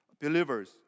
believers